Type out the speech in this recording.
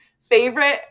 favorite –